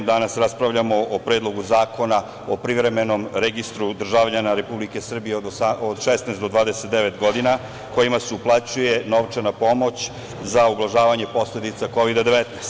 Danas raspravljamo o Predlogu zakona o privremenom registru državljana Republike Srbije od 16 do 29 godina kojima se uplaćuje novčana pomoć za ublažavanje posledica Kovid-19.